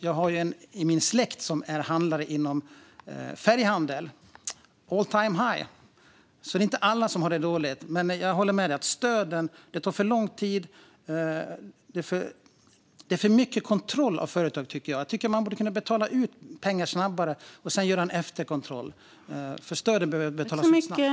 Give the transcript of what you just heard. Jag har dock en i min släkt som är färghandlare, och där är det all-time-high. Det är alltså inte alla som har det dåligt. Men jag håller med dig, Lars Hjälmered, om att det tar för lång tid med handläggningen. Det är för mycket kontroll av företagen, tycker jag. Jag tycker att man borde kunna betala ut pengar snabbare och sedan göra en efterkontroll. Stödet behöver betalas ut snabbt.